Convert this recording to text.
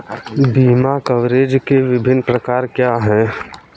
बीमा कवरेज के विभिन्न प्रकार क्या हैं?